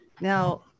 Now